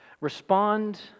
Respond